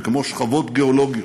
זה כמו שכבות גיאולוגיות,